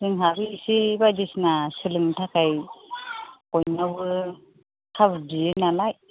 जोंहाबो एसे बायदिसिना सोलोंनो थाखाय बयनावबो खाबु बियो नालाय